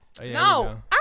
No